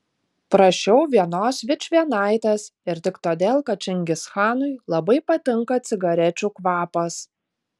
prašiau vienos vičvienaitės ir tik todėl kad čingischanui labai patinka cigarečių kvapas